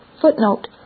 Footnote